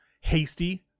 hasty